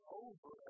over